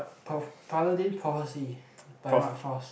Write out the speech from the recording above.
Proph~ Paladin Prophecy by Mark Frost